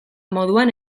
moduan